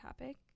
topic